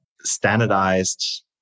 standardized